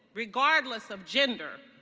regardless of gender,